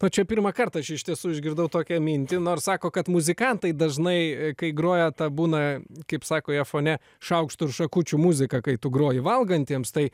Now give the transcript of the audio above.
o čia pirmą kartą aš iš tiesų išgirdau tokią mintį nors sako kad muzikantai dažnai kai groja tą būna kaip sako jie fone šaukštų ir šakučių muziką kai tu groji valgantiems tai